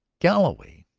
galloway?